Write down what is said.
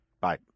Bye